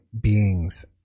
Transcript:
beings